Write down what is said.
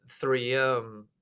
3M